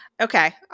Okay